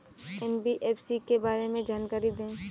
NBFC के बारे में जानकारी दें?